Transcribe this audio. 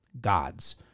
gods